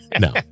No